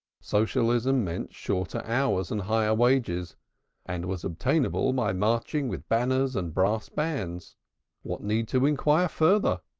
socialism meant shorter hours and higher wages and was obtainable by marching with banners and brass bands what need to inquire further?